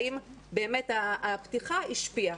האם באמת הפתיחה השפיעה.